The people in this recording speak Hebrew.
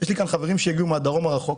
יש לי כאן חברים שהגיעו מהדרום הרחוק,